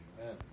Amen